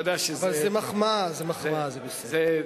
אבל זאת מחמאה, זאת מחמאה, זה בסדר.